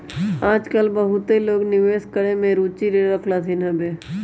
याजकाल बहुते लोग निवेश करेमे में रुचि ले रहलखिन्ह हबे